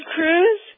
Cruz